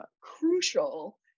crucial